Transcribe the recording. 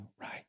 right